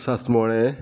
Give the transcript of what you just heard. सासमोळें